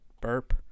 Burp